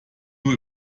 nur